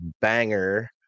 banger